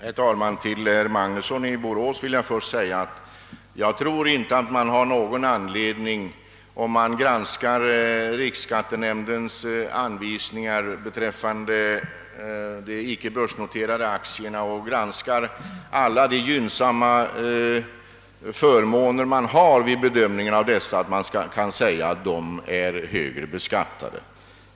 Herr talman! Till herr Magnusson i Borås vill jag först säga att jag inte tror att man har någon anledning, om man granskar riksskattenämndens anvisningar beträffande de icke börsnoterade aktierna och alla gynnsamma förmåner man har vid bedömningen av dessa, att säga att dessa aktier är högre beskattade.